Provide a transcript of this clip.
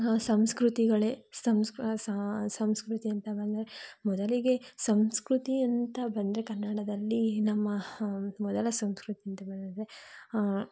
ಸಂಸ್ಕೃತಿಗಳೇ ಸಂಸ್ಕೃತಿಯಂತ ಬಂದರೆ ಮೊದಲಿಗೆ ಸಂಸ್ಕೃತಿಯಂತ ಬಂದರೆ ಕನ್ನಡದಲ್ಲಿ ನಮ್ಮ ಮೊದಲ ಸಂಸ್ಕೃತಿ ಅಂತ ಬಂದರೆ